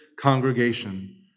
congregation